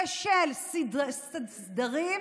ושל סדרים?